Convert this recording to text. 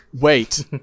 wait